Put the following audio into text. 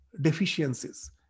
deficiencies